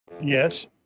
Yes